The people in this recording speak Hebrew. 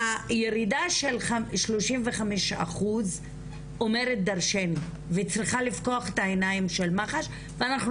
הירידה של 35 אחוז אומרת דרשני וצריכה לפקוח את העיניים של מח"ש ואנחנו